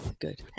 good